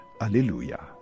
Alleluia